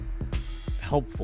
helpful